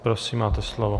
Prosím, máte slovo.